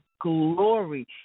glory